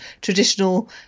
traditional